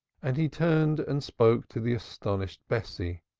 and he turned and spoke to the astonished bessie,